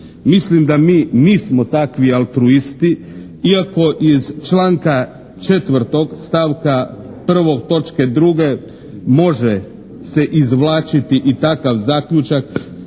Mislim da mi nismo takvi altruisti iako iz članka 4. stavka 1. točke 2. može se izvlačiti i takav zaključak